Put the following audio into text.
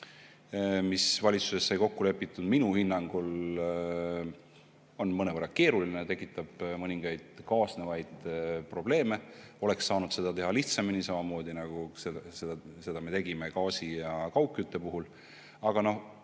mis valitsuses sai kokku lepitud, on minu hinnangul mõnevõrra keeruline ja tekitab mõningaid kaasnevaid probleeme. Oleks saanud seda teha lihtsamini, samamoodi, nagu me tegime seda gaasi ja kaugkütte puhul. Aga